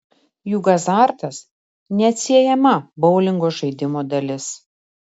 juk azartas neatsiejama boulingo žaidimo dalis